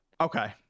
Okay